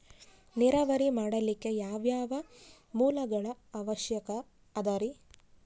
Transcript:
ನೇರಾವರಿ ಮಾಡಲಿಕ್ಕೆ ಯಾವ್ಯಾವ ಮೂಲಗಳ ಅವಶ್ಯಕ ಅದರಿ?